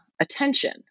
attention